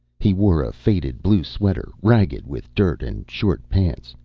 he wore a faded blue sweater, ragged with dirt, and short pants.